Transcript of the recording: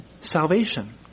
salvation